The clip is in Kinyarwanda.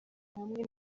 hamwe